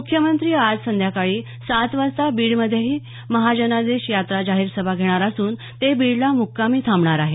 मुख्यमंत्री आज संध्याकाळी सात वाजता बीडमध्येही महाजनादेश यात्रा जाहीर सभा घेणार असून ते बीडला मुक्कामी थांबणार आहेत